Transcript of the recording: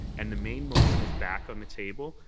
and the main motion is back on the table,